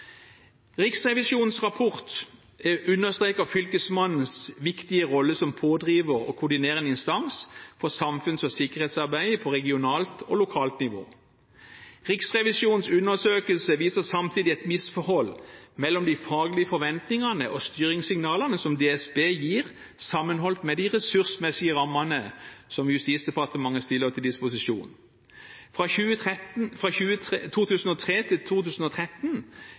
Riksrevisjonens rapport understreker fylkesmannens viktige rolle som pådriver og koordinerende instans for samfunns- og sikkerhetsarbeidet på regionalt og lokalt nivå. Riksrevisjonens undersøkelse viser samtidig et misforhold mellom de faglige forventningene og styringssignalene som DSB gir, sammenholdt med de ressursmessige rammene som Justisdepartementet stiller til disposisjon. Fra 2003 til 2013